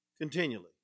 Continually